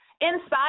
Inside